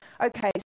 okay